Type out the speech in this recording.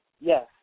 Yes